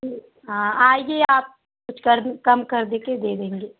हाँ आज ही आप कुछ कर कम कर दे के दे देंगे